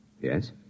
Yes